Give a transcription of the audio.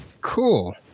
cool